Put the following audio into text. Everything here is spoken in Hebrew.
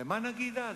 מה נגיד אז?